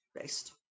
based